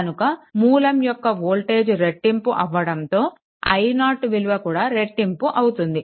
కనుక మూలం యొక్క వోల్టేజ్ రెట్టింపు అవ్వడంతో i0 విలువ కూడా రెట్టింపు అవుతుంది